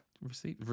Receive